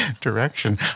direction